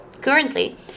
Currently